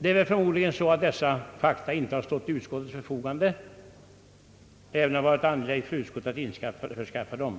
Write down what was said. Det är väl förmodligen så, att dessa fakta inte har stått till utskottets förfogande, även om det hade varit angeläget för utskottet att införskaffa dem.